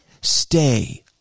stay